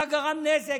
רק גרם נזק,